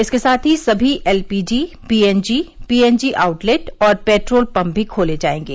इसके साथ ही सभी एलपीजी पीएनजी पीएनजी आउटलेट और पेट्रोल पंप भी खोले जाएंगे